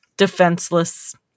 defenseless